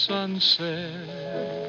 Sunset